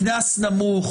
קנס נמוך,